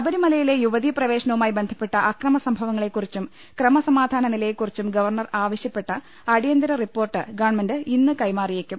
ശബരിമലയിലെ യുവതീ പ്രവേശനവുമായി ബന്ധപ്പെട്ട അക്ര മസംഭവങ്ങളെക്കുറിച്ചും ക്രമസമാധാനനിലയെക്കുറിച്ചും ഗവർണർ ആവശ്യപ്പെട്ട അടിയന്തര റിപ്പോർട്ട് ഗവൺമെന്റ് ഇന്ന് കൈമാറി യേക്കും